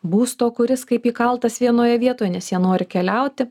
būsto kuris kaip įkaltas vienoje vietoj nes jie nori keliauti